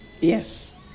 Yes